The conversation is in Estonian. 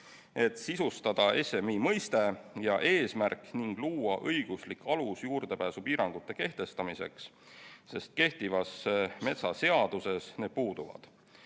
et sisustada SMI mõiste ja eesmärk ning luua õiguslik alus juurdepääsupiirangute kehtestamiseks, sest kehtivas metsaseaduses need puuduvad.